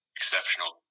exceptional